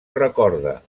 recorda